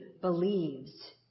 believes